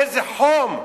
באיזה חום,